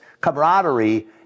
camaraderie